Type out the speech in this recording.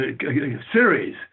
series